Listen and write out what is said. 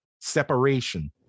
separation